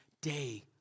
day